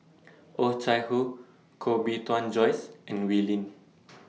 Oh Chai Hoo Koh Bee Tuan Joyce and Wee Lin